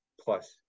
plus